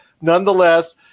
nonetheless